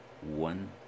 one